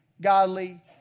godly